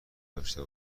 داشته